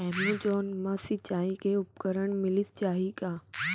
Amazon मा सिंचाई के उपकरण मिलिस जाही का?